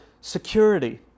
security